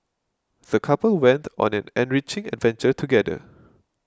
the couple went on an enriching adventure together